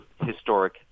historic